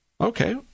Okay